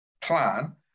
plan